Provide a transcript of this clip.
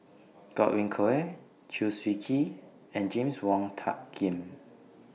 Godwin Koay Chew Swee Kee and James Wong Tuck Yim